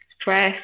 stress